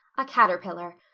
a caterpillar,